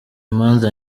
imanza